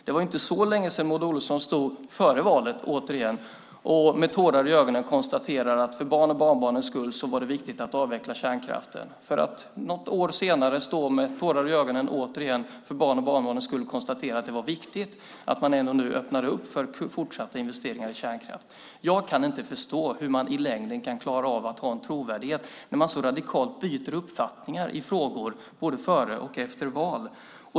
Det var inte så länge sedan, före valet återigen, Maud Olofsson stod med tårar i ögonen och konstaterade att för barnens och barnbarnens skull var det viktigt att avveckla kärnkraften, för att något år senare stå med tårar i ögonen och återigen för barnens och barnbarnens skull konstatera att det var viktigt att man nu ändå öppnade för fortsatta investeringar i kärnkraft. Jag kan inte förstå hur man i längden kan klara av att ha en trovärdighet när man så radikalt byter uppfattning i frågor, både före och efter val.